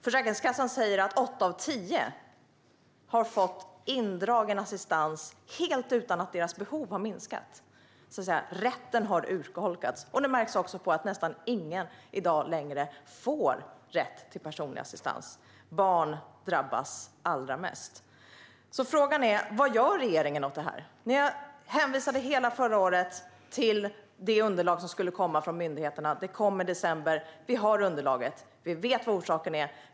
Försäkringskassan säger att åtta av tio har fått indragen assistans helt utan att deras behov har minskat. Rätten har alltså urholkats. Det märks också genom att nästan ingen i dag längre får rätt till personlig assistans. Barn drabbas allra mest. Frågan är: Vad gör regeringen åt detta? Ni hänvisade hela förra året till det underlag som skulle komma från myndigheterna. Det kom i december. Vi har underlaget. Vi vet vad orsaken är.